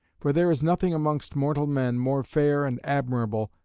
for there is nothing amongst mortal men more fair and admirable,